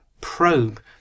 probe